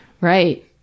Right